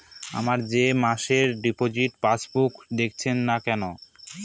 আমার মে মাসের ডিপোজিট পাসবুকে দেখাচ্ছে না কেন?